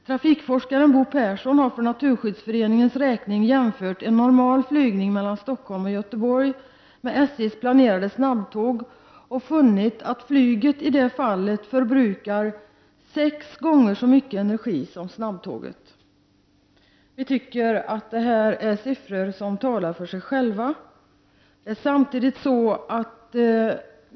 Trafikforskaren Bo Persson har för Naturskyddsföreningens räkning jämfört en normal flygning mellan Stockholm och Göteborg med SJs planerade snabbtåg och funnit att flyget i detta fall förbrukar sex gånger så mycket energi som snabbtåget. Vpk anser att detta är siffror som talar för sig själva.